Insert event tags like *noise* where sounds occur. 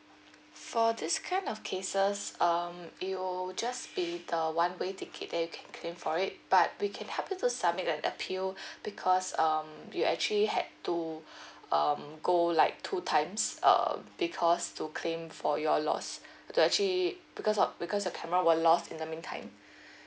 for this kind of cases um it'll just be the one way ticket then you can claim for it but we can help you to submit and appeal *breath* because um we'll actually had to *breath* um go like two times uh because to claim for your lost to actually because of because your camera were lost in the mean time